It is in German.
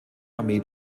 armee